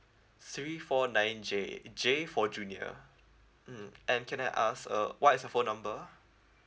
three four nine J J for junior mm and can I ask uh what is your phone number